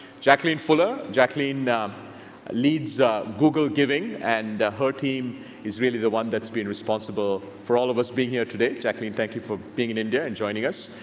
jacquelline fuller. jacquelline leads google giving, and her team is really the one that's been responsible for all of us being here today. jacquelline, thank you for being in india and joining us.